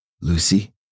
Lucy